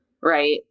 right